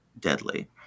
deadly